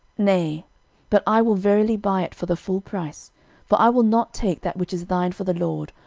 nay but i will verily buy it for the full price for i will not take that which is thine for the lord,